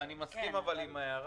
הולך להגיש